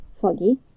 Foggy